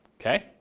Okay